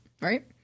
right